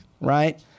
right